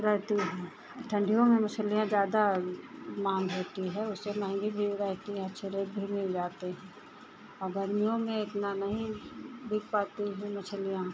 रहती हैं ठण्डियों में मछलियाँ ज़्यादा माँग होती है उससे महँगी भी हो जाती है अच्छे रेट भी मिल जाते हैं और गर्मियों में इतना नहीं बिक पाती हैं मछलियाँ